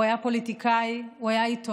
הוא היה פוליטיקאי, הוא היה עיתונאי,